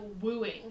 wooing